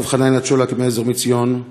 הרב חנניה צ'ולק מ"עזר מציון",